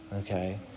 okay